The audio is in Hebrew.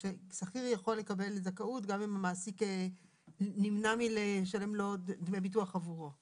מה ששכיר יכול לקבל זכאות גם אם המעסיק נמנע מלשלם לו דמי ביטוח עבורו.